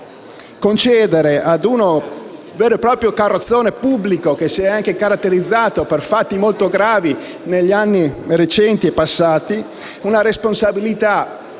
concedere ad un vero e proprio carrozzone pubblico, che si è anche caratterizzato per fatti molto gravi negli ultimi anni, una responsabilità